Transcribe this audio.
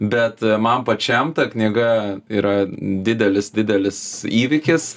bet man pačiam ta knyga yra didelis didelis įvykis